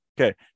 Okay